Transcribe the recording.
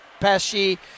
Pesci